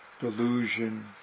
delusion